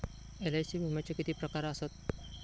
LIC विम्याचे किती प्रकार आसत?